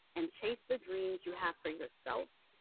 and chase the dreams you have for yourself,